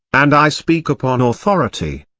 and i speak upon authority.